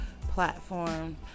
platform